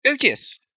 yes